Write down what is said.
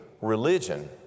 religion